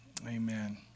Amen